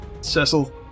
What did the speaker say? Cecil